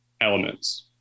elements